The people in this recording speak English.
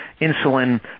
insulin